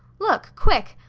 look, quick!